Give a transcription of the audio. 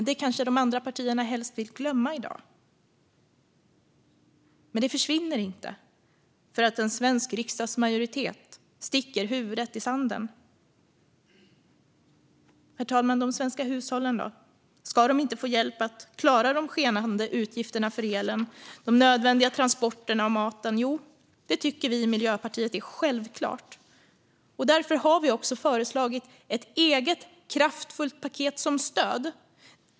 Det kanske de andra partierna helst vill glömma i dag. Men detta försvinner inte för att en svensk riksdagsmajoritet sticker huvudet i sanden. Herr talman! Ska de svenska hushållen inte få hjälp att klara de skenande utgifterna för elen, de nödvändiga transporterna och maten? Jo, det tycker vi i Miljöpartiet är självklart. Därför har vi också föreslagit ett eget kraftfullt paket som stöd.